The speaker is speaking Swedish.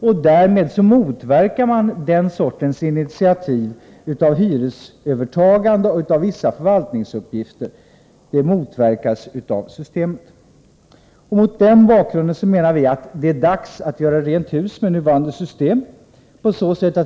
Systemet motverkar alltså initiativ syftande till övertagande av vissa förvaltninguppgifter. Mot denna bakgrund menar vi att det är dags att göra rent hus med nuvarande system.